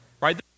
right